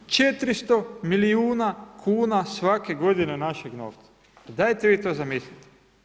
400 milijuna kuna, svake godine, našeg novca, pa dajte vi to zamislite.